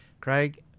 Craig